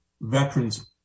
veterans